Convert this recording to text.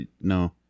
No